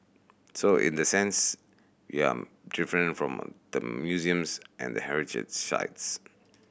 so in the sense we are different from the museums and the heritage sites